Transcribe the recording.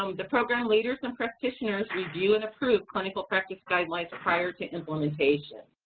um the program leaders and practitioners review and approve clinical practice guidelines prior to implementation.